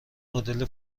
مدل